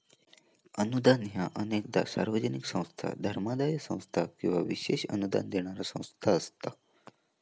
अनुदान ह्या अनेकदा सार्वजनिक संस्था, धर्मादाय संस्था किंवा विशेष अनुदान देणारा संस्था असता